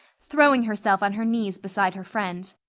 throwing herself on her knees beside her friend.